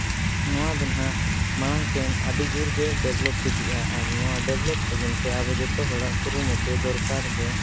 ᱱᱚᱣᱟ ᱫᱚ ᱦᱟᱸᱜ ᱢᱟᱲᱟᱝ ᱥᱮᱫ ᱟᱹᱰᱤ ᱡᱳᱨ ᱜᱮ ᱰᱮᱵᱷᱞᱚᱯ ᱤᱫᱤᱜᱼᱟ ᱟᱨ ᱱᱚᱣᱟ ᱰᱮᱵᱷᱞᱚᱯ ᱞᱟᱹᱜᱤᱫ ᱛᱮ ᱟᱵᱚ ᱡᱚᱛᱚ ᱦᱚᱲᱟᱜ ᱠᱩᱨᱩᱢᱩᱴᱩ ᱫᱚᱨᱠᱟᱨ ᱜᱮ